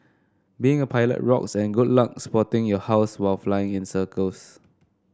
being a pilot rocks and good luck spotting your house while flying in circles